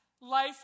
life